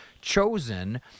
chosen